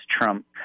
Trump